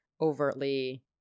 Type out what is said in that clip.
overtly